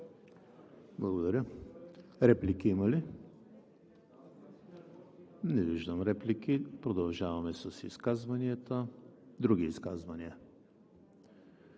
Благодаря. Реплики има ли? Не виждам. Продължаваме с изказванията. Други изказвания?